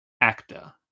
actor